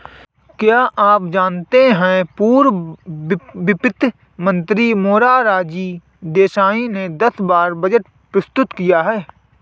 क्या आप जानते है पूर्व वित्त मंत्री मोरारजी देसाई ने दस बार बजट प्रस्तुत किया है?